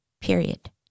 period